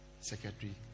secretary